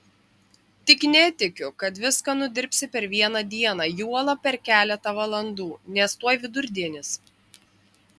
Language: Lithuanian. tik netikiu kad viską nudirbsi per vieną dieną juolab per keletą valandų nes tuoj vidurdienis